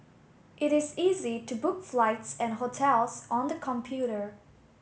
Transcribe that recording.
it is easy to book flights and hotels on the computer